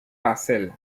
parcelles